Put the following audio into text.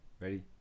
Ready